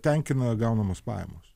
tenkina gaunamos pajamos